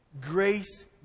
Grace